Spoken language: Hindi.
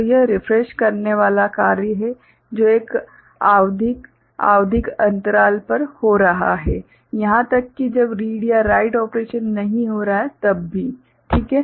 तो यह रिफ्रेश करने वाला कार्य है जो एक आवधिक आवधिक अंतराल पर हो रहा है यहां तक कि जब रीड या राइट ऑपरेशन नहीं हो रहा है तब भी ठीक है